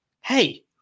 hey